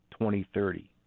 2030